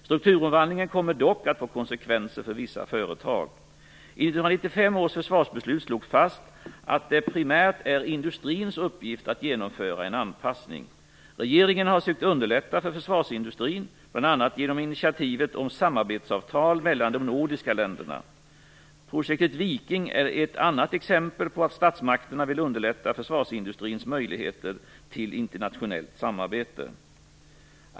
Strukturomvandlingen kommer dock att få konsekvenser för vissa företag. I 1995 års försvarsbeslut slogs fast att det primärt är industrins uppgift att genomföra en anpassning. Regeringen har sökt underlätta för försvarsindustrin bl.a. genom initiativet om samarbetsavtal mellan de nordiska länderna. Projektet Viking är ett annat exempel på att statsmakterna vill underlätta försvarsindustrins möjligheter till internationellt samarbete.